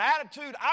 attitude